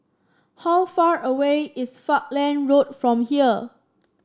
how far away is Falkland Road from here